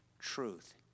truth